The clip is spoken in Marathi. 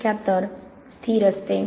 71 स्थिर असते